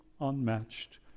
unmatched